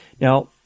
Now